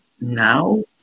now